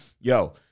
Yo